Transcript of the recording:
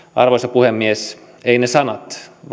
puhemies eivät ne sanat vaan ne teot